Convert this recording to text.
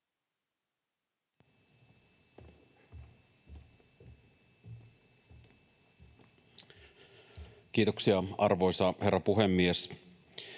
Kiitoksia, arvoisa herra puhemies!